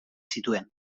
zituen